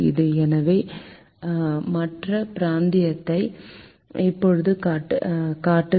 எனவே மற்ற பிராந்தியத்தை இப்போது காட்டுகிறோம்